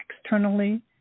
externally